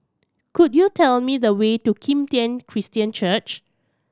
could you tell me the way to Kim Tian Christian Church